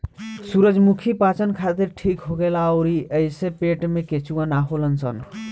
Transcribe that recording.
सूरजमुखी पाचन खातिर ठीक होखेला अउरी एइसे पेट में केचुआ ना होलन सन